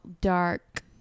dark